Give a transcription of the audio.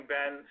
Ben